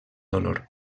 dolor